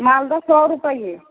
मालदह सए रुपैआ